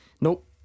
Nope